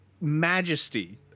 majesty